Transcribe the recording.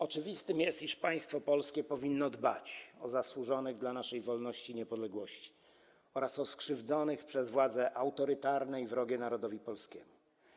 Oczywiste jest, iż państwo polskie powinno dbać o zasłużonych dla naszej wolności i niepodległości oraz o skrzywdzonych przez władze autorytarne i wrogie narodowi polskiemu.